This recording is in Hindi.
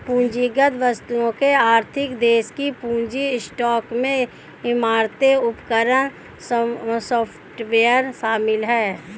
पूंजीगत वस्तुओं आर्थिक देश के पूंजी स्टॉक में इमारतें उपकरण सॉफ्टवेयर शामिल हैं